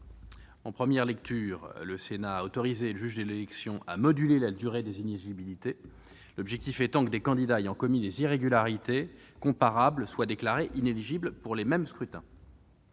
En première lecture, le Sénat a autorisé le juge de l'élection à moduler la durée des inéligibilités, l'objectif étant que des candidats ayant commis des irrégularités comparables soient déclarés inéligibles pour les mêmes scrutins.